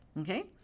Okay